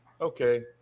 okay